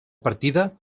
partida